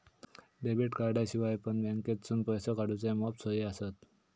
debit कार्डाशिवाय पण बँकेतसून पैसो काढूचे मॉप सोयी आसत